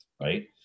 right